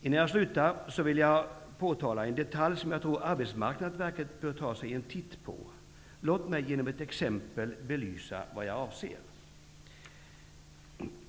Innan jag slutar mitt anförande vill jag påtala en detalj som jag tror Arbetsmarknadsverket bör ta sig en titt på. Låt mig genom ett exempel belysa vad jag avser.